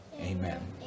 amen